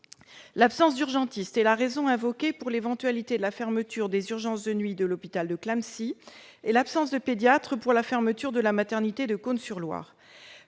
l'absence d'urgentiste est la raison invoquée pour la fermeture éventuelle des urgences de nuit à l'hôpital de Clamecy, et l'absence de pédiatre pour la fermeture de la maternité de Cosne-sur-Loire.